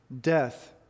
death